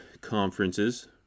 conferences